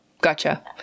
Gotcha